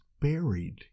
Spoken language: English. buried